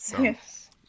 Yes